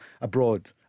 abroad